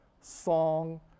song